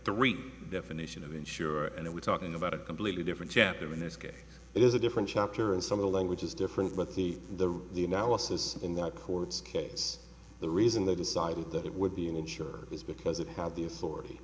three definition of the insurer and we're talking about a completely different chapter in this case it is a different chapter in some of the language is different but the the the analysis in the courts case the reason they decided that it would be an insurer is because it had the authority